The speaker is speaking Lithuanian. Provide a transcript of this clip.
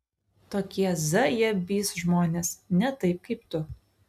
tokie zajabys žmonės ne taip kaip tu